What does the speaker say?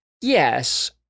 yes